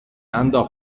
andò